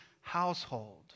household